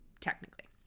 technically